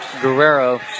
Guerrero